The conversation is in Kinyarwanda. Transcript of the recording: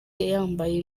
yambaye